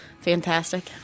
fantastic